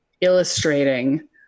illustrating